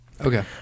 Okay